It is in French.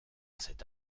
cette